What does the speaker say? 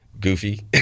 goofy